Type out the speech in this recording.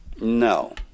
No